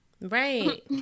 Right